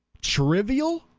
trivial!